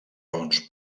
raons